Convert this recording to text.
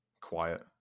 quiet